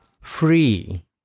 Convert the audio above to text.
free